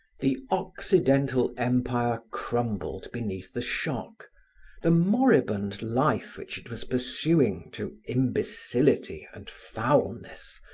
the occidental empire crumbled beneath the shock the moribund life which it was pursuing to imbecility and foulness,